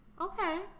Okay